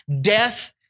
Death